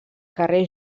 carrer